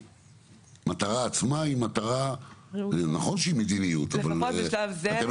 המטרה עצמה היא מטרה נכון שהיא מדיניות אבל אתם מחווים דעתכם גם